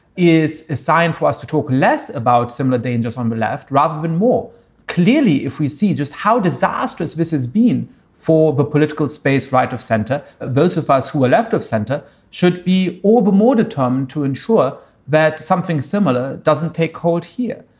is a sign for us to talk less about similar dangers on the left rather than more clearly if we see just how disastrous this has been for the political space right of center. those of us who are left of center should be all the more determined to ensure that something similar doesn't take hold here.